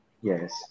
Yes